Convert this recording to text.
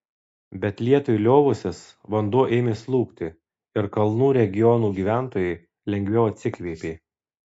bet lietui liovusis vanduo ėmė slūgti ir kalnų regionų gyventojai lengviau atsikvėpė